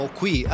qui